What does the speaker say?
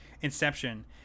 Inception